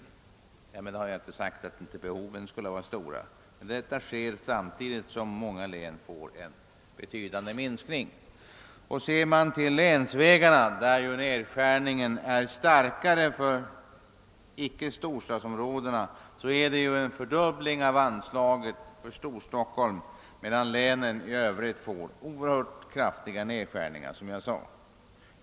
— Därmed har jag inte sagt att inte behoven skulle vara stora. Samtidigt får många län en betydande minskning av anslagen. När det gäller länsvägarna fördubblas anslaget till exempelvis Storstockholm medan flertalet län får oerhört kraftiga nedskärningar.